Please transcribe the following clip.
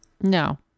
No